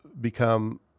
become